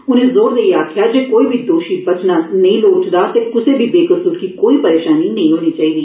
उने जोर देइयै आखेआ जे कोई बी दोषी बचना नेई चाहिदा ते कुसै बी बेकसूर गी कोई परेशानी नेई होनी चाहिदी